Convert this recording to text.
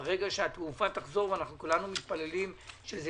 ברגע שהתעופה תחזור אנו כולנו מתפללים שזה